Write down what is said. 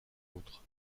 autres